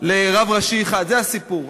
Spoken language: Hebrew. לרב ראשי אחד, זה הסיפור.